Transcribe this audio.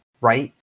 right